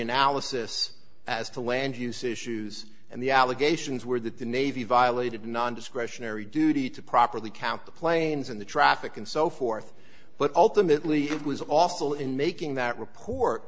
analysis as to land use issues and the allegations were that the navy violated non discretionary duty to properly count the planes and the traffic and so forth but ultimately it was awful in making that report